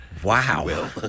Wow